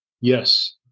Yes